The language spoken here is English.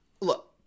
Look